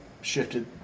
shifted